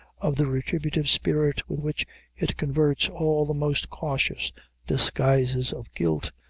of the retributive spirit with which it converts all the most cautious disguises of guilt,